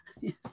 Yes